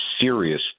serious